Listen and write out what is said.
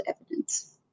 evidence